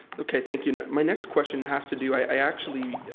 okay. thank you. my next question has to do i actually,